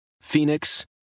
Phoenix